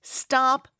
stop